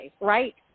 right